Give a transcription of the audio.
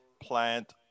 plant